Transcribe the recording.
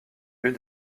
eut